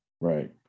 Right